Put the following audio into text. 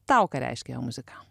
tau ką reiškia jo muzika